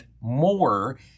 more